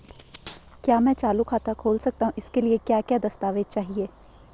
क्या मैं चालू खाता खोल सकता हूँ इसके लिए क्या क्या दस्तावेज़ चाहिए?